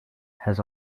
has